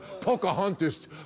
Pocahontas